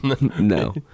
no